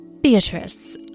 Beatrice